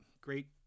Great